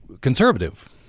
conservative